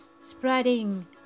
spreading